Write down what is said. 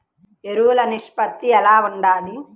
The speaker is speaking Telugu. ఎరువులు నిష్పత్తి ఎలా ఉండాలి?